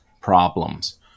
problems